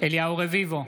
אליהו רביבו,